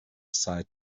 aside